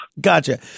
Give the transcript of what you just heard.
Gotcha